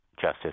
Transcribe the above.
Justice